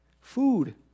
food